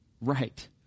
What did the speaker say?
right